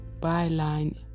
byline